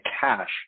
cash